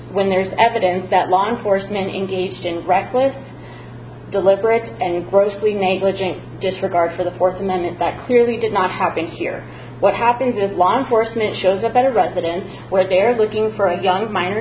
when there is evidence that law enforcement engaged in reckless deliberate and grossly negligent disregard for the fourth amendment that clearly did not happen here what happens if law enforcement shows a better residence where they're looking for a young minor